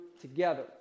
together